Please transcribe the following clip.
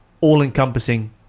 all-encompassing